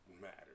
matters